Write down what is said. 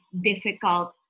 difficult